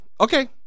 Okay